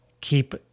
keep